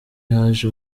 haje